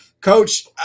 Coach